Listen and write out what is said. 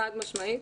חד משמעית.